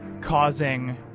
causing